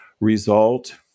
result